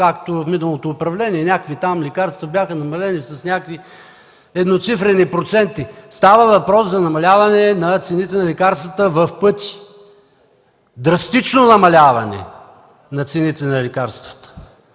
както миналото управление – някакви там лекарства бяха намалени с едноцифрени проценти. Става въпрос за намаляване на цените на лекарствата в пъти, драстично намаляване на цените на лекарствата.